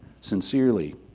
sincerely